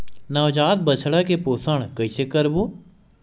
नवजात बछड़ा के पोषण कइसे करबो?